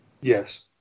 Yes